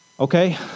Okay